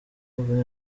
imvune